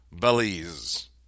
Belize